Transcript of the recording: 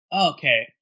Okay